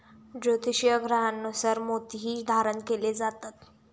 ज्योतिषीय ग्रहांनुसार मोतीही धारण केले जातात